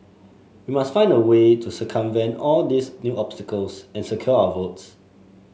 we must find a way to circumvent all these new obstacles and secure our votes